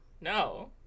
No